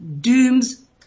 doom's